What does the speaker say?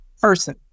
person